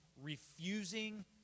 refusing